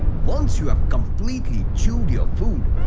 once you have completely chewed your food.